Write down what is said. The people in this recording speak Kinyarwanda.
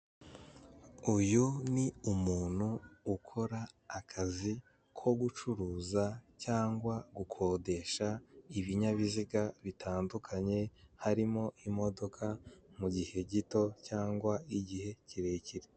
Uyu ni umuntu ukora akazi ko gucuruza cyangwa gukodesha ibinyabiziga bitandukanye harimo imodoka mu gihe gito cyangwa igihe kirekire.